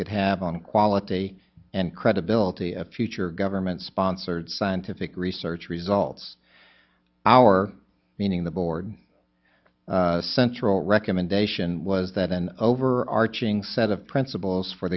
could have on quality and credibility of future government sponsored scientific research results our meaning the board central recommendation was that an overarching set of principles for